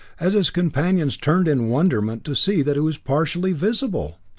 as his companions turned in wonderment to see that he was partially visible!